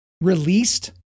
released